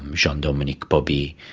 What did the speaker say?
and jean dominique bauby,